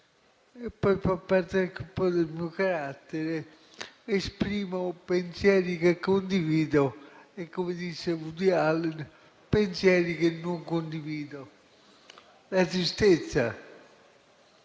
un po' parte del mio carattere, esprimo pensieri che condivido e - come disse Woody Allen - pensieri che non condivido: la tristezza